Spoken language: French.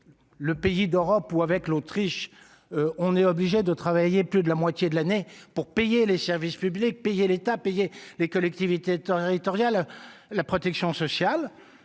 le pays d'Europe où avec l'Autriche, on est obligé de travailler plus de la moitié de l'année pour payer les services publics, payer l'État payer des collectivités territoriales, la protection sociale,